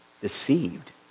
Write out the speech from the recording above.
deceived